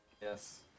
Yes